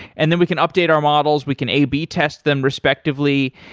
and then we can update our models, we can ab test them respectively.